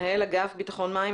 מנהל אגף ביטחון מים.